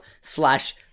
slash